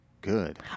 Good